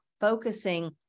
focusing